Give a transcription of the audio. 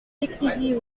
écrivit